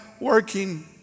working